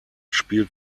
spielt